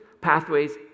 pathways